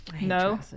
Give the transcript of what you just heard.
no